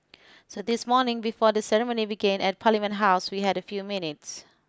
so this morning before the ceremony began at Parliament House we had a few minutes